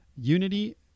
unity